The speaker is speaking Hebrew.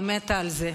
היא מתה על זה.